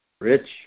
Rich